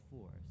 force